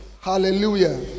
hallelujah